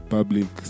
Public